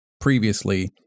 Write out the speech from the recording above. previously